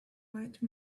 white